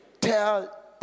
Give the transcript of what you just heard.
Tell